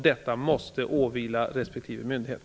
Detta måste åvila respektive myndighet.